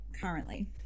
currently